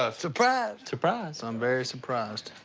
ah surprise! surprise. i'm very surprised.